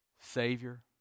Savior